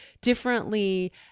differently